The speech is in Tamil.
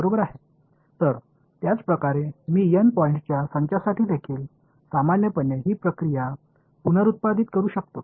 எனவே இதேபோல் நான் பொதுவாக n புள்ளிகளின் தொகுப்பிற்காக இந்த செயல்முறையை மீண்டும் உருவாக்க முடியும்